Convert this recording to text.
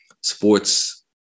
sports